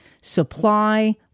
supply